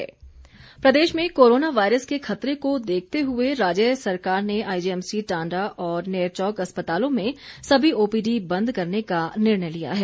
धीमान प्रदेश में corona virus के खतरे को देखते हुए राज्य सरकार ने आईजीएमसी टांडा और नेरचौक अस्पतालों में सभी ओपीडी बंद करने का निर्णय लिया है